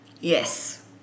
Yes